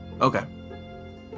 Okay